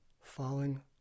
falling